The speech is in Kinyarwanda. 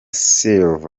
silver